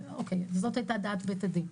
אבל זאת הייתה דעת בית הדין.